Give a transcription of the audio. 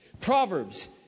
Proverbs